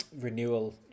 renewal